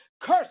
cursed